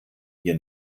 hier